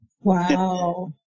Wow